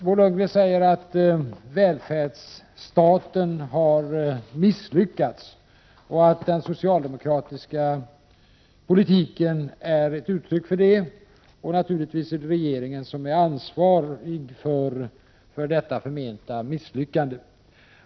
Bo Lundgren säger att välfärdsstaten har misslyckats, att den socialdemokratiska politiken är ett uttryck för det och att det naturligtvis är regeringen som är ansvarig för detta förmenta misslyckande.